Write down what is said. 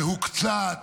מהוקצעת,